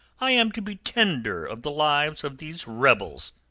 i am to be tender of the lives of these rebels!